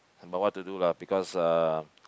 uh but what to do lah because uh